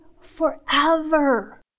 forever